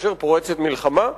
כאשר פורצת מלחמה,